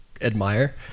admire